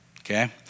okay